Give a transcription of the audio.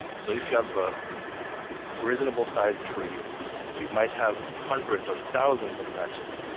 so if you have a reasonable sized tree you might have hundreds or thousands of matches.